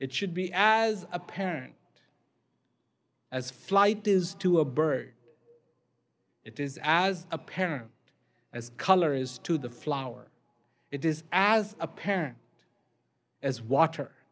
it should be as apparent as flight is to a bird it is as apparent as color is to the flower it is as apparent as water